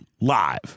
live